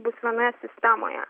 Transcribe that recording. bus vienoje sistemoje